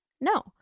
no